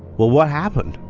well, what happened?